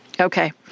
okay